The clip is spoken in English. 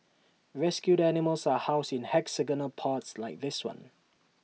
rescued animals are housed in hexagonal pods like this one